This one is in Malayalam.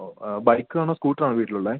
ഓ ബൈക്ക് ആണോ സ്കൂട്ടറാണോ വീട്ടിലുള്ളത്